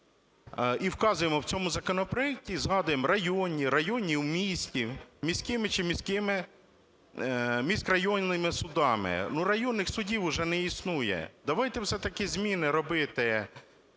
і вказуємо в цьому законопроекті, згадуємо районні, районні в місті, міськими чи міськими міськрайонними судами. Ну, районних судів уже не існує. Давайте все-таки зміни робити